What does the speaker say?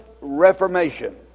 Reformation